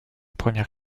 première